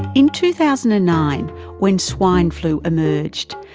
in two thousand and nine when swine flu emerged,